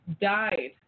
died